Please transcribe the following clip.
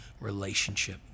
relationship